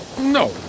No